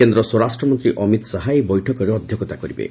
କେଦ୍ର ସ୍ୱରାଷ୍ଟମନ୍ତୀ ଅମିତ ଶାହା ଏହି ବୈଠକରେ ଅଧ୍ଧକ୍ଷତା କରିବେ